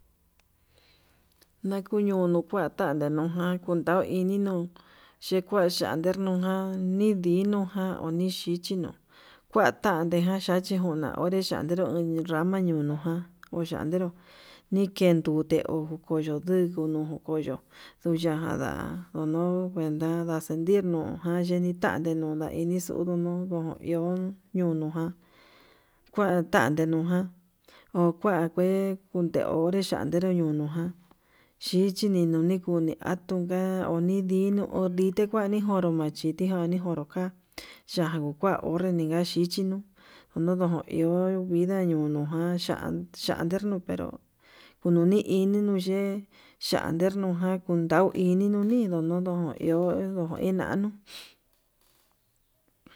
Nakuñono nakuan nuyenei, nakundai inino yekuu yander nuka nidinuján nixhiñi nuu, kuatatejan yachi njuna onrechandero nindana ñunujan oya'a ndaru nikendu ndute ho coyo, dikinuu koyoo nduyajan ya'á ndono kuenta ndaxentirno nayedi tante nuu ndainixu uduno'o no iho ndunuján kua tante nuján okua kue undande hora na'a, nderu ñunu ján xhichi ninuni kunii atujan onidinuu ndite njuani nduru machitijan nikunru ka'a yakuu kua onré ninga xhichinuu undunu iho kuida ñunuján, nachan chantenru pero kununi ini nuu ye'e chander nuján ndau ini nduni nduninino iho ndo enanuu.